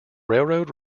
railroad